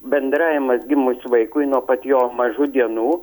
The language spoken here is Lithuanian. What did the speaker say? bendravimas gimus vaikui nuo pat jo mažų dienų